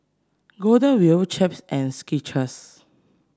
Golden Wheel Chaps and Skechers